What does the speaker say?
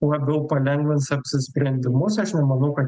labiau palengvins apsisprendimus aš nemanau kad